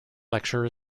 lecture